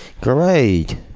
Great